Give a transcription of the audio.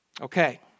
Okay